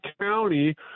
county